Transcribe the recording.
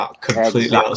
completely